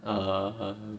(uh huh)